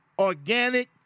organic